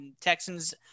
Texans